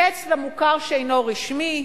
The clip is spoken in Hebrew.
הקץ ל"מוכר שאינו רשמי",